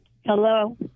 Hello